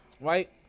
Right